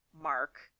mark